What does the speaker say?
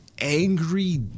angry